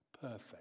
perfect